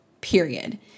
period